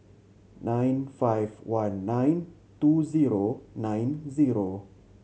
nine five one nine two zero nine zero